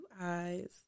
eyes